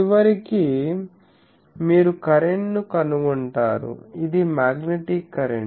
చివరికి మీరు కరెంట్ ను కనుగొంటారు ఇది మ్యాగ్నెటిక్ కరెంట్